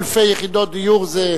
מאות אלפי יחידות דיור זה,